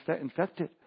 infected